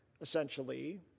Essentially